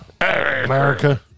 America